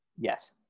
yes